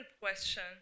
question